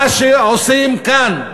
מה שעושים כאן,